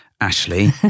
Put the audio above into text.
Ashley